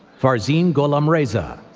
farzim gholamrezae,